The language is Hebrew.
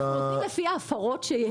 אנחנו עובדים לפי ההפרות שיש.